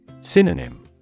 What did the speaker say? Synonym